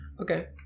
Okay